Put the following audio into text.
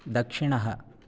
दक्षिणः